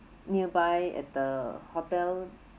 nearby at the hotel